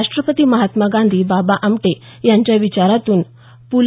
राष्ट्रपिता महात्मा गांधी बाबा आमटे यांच्या विचारातून प्